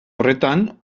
horretan